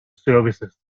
services